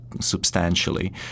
substantially